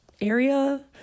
area